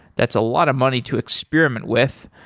that's a lot of money to experiment with.